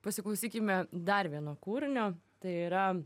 pasiklausykime dar vieno kūrinio tai yra